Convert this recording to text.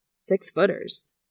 six-footers